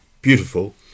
beautiful